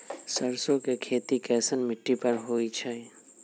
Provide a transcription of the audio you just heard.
सरसों के खेती कैसन मिट्टी पर होई छाई?